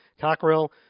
Cockrell